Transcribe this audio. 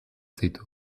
ditu